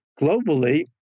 globally